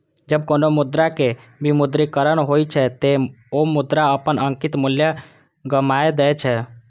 जब कोनो मुद्रा के विमुद्रीकरण होइ छै, ते ओ मुद्रा अपन अंकित मूल्य गमाय दै छै